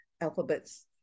alphabets